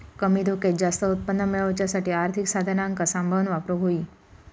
कमी धोक्यात जास्त उत्पन्न मेळवच्यासाठी आर्थिक साधनांका सांभाळून वापरूक होई